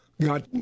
Got